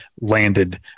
landed